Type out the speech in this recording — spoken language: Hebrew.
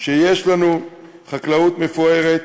שיש לנו חקלאות מפוארת